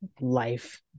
life